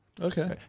okay